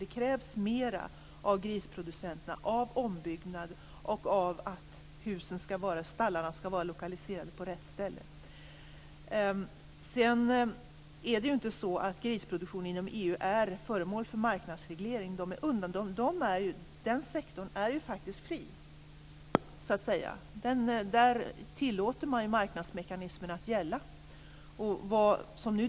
Det krävs mer av grisproducenterna i form av ombyggnader - husen, stallarna, vara lokaliserade på rätt ställe. Det är inte så att grisproduktionen inom EU är föremål för marknadsreglering. Den sektorn är ju faktiskt fri så att säga. Där tillåter man marknadsmekanismen att gälla.